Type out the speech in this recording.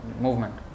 movement